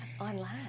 online